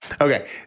Okay